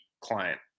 client